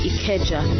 Ikeja